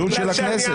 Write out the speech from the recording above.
זה זילות של הכנסת.